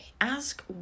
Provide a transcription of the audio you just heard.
ask